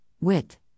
Width